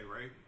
right